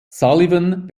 sullivan